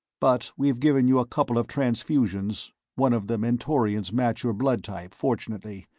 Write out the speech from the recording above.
but we've given you a couple of transfusions one of the mentorians matched your blood type, fortunately.